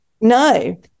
No